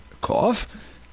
cough